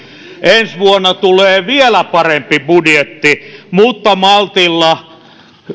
ensi vuonna tulee vielä parempi budjetti mutta maltilla